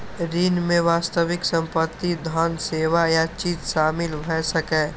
ऋण मे वास्तविक संपत्ति, धन, सेवा या चीज शामिल भए सकैए